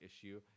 issue